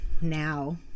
now